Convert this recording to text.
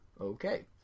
okay